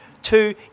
Two